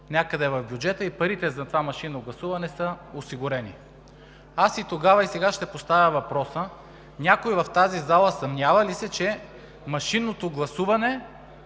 някъде в бюджета и че парите за това машинно гласуване са осигурени. Аз и тогава, и сега ще поставя въпроса: някой в тази зала съмнява ли се, че машинното гласуване